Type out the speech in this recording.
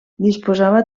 disposava